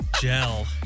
gel